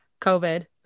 covid